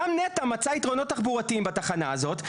גם נת"ע מצאה יתרונות תחבורתיים בתחנה הזאת,